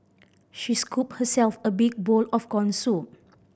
she scoop herself a big bowl of corn soup